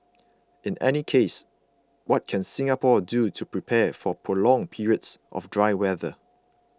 in any case what can Singapore do to prepare for prolonged periods of dry weather